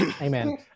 amen